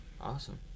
Awesome